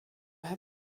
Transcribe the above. herr